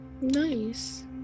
Nice